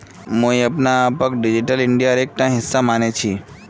मुई अपने आपक डिजिटल इंडियार एकटा हिस्सा माने छि